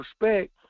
respect